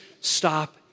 stop